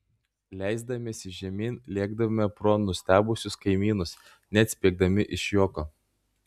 leisdamiesi žemyn lėkdavome pro nustebusius kaimynus net spiegdami iš juoko